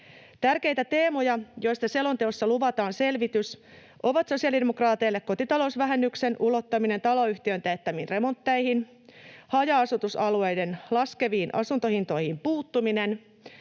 Tärkeitä teemoja, joista selonteossa luvataan selvitys, ovat sosiaalidemokraateille kotitalousvähennyksen ulottaminen taloyhtiön teettämiin remontteihin, haja-asutusalueiden laskeviin asuntohintoihin puuttuminen